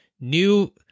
new